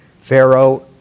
Pharaoh